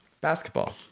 basketball